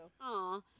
Aw